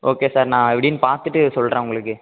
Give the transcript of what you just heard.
okay sir நான் எப்படினு பார்த்துட்டு சொல்கிறேன் உங்களுக்கு